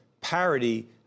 parity